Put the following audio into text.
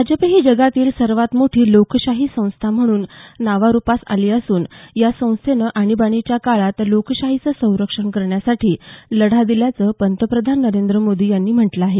भाजप ही जगातील सर्वात मोठी लोकशाही संस्था म्हणून नावारुपास आली असून या संस्थेनं आणीबाणीच्या काळात लोकशाहीचं संरक्षण करण्यासाठी लढा दिल्याचं पंतप्रधान नरेंद्र मोदी यांनी म्हटलं आहे